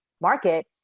market